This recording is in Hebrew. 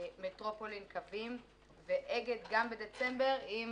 מטרופולין קווים ו"אגד" גם בדצמבר עם